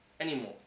anymore